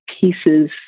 pieces